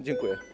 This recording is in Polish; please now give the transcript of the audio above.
Dziękuję.